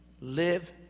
live